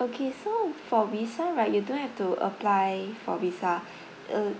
okay so for visa right you don't have to apply for visa uh